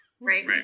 Right